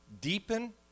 deepen